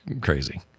crazy